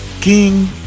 king